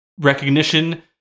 recognition